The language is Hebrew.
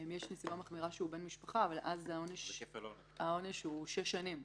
יש נסיבה מחמירה כשהוא בן משפחה אבל אז העונש הוא שש שנים,